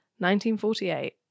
1948